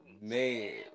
man